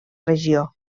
regió